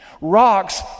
Rocks